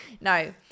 no